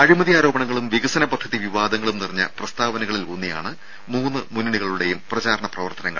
അഴിമതി ആരോപണങ്ങളും വികസന പദ്ധതി വിവാദങ്ങളും നിറഞ്ഞ പ്രസ്താവനകളിൽ ഊന്നിയാണ് മൂന്ന് മുന്നണികളുടേയും പ്രചാരണ പ്രവർത്തനങ്ങൾ